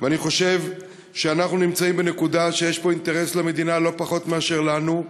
ואני חושב שאנחנו נמצאים בנקודה שיש פה אינטרס למדינה לא פחות מאשר לנו,